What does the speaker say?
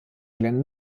glenn